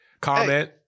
comment